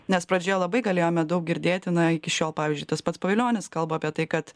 nes pradžioje labai galėjome daug girdėti na iki šiol pavyzdžiui tas pats pavilionis kalba apie tai kad